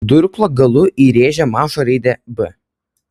durklo galu įrėžė mažą raidę b